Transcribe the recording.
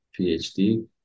phd